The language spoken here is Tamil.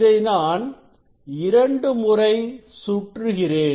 இதை நான் இரண்டு முறை சுற்றுகிறேன்